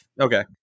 Okay